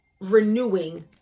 renewing